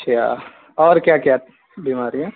اچّھا اور کیا کیا بیماری ہے